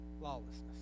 lawlessness